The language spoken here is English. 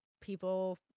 people